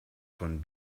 von